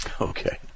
Okay